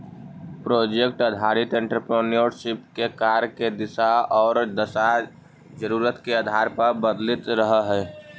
project आधारित entrepreneurship के कार्य के दिशा औउर दशा जरूरत के आधार पर बदलित रहऽ हई